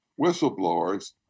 whistleblowers